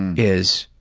is